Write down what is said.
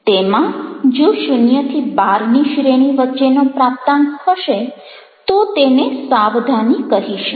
તેમાં જો 0 થી 12 ની શ્રેણી વચ્ચેનો પ્રાપ્તાંક હશે તો તેને સાવધાની કહીશું